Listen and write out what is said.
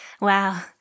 Wow